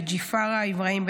וג'יפארא אבראהים,